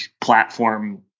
platform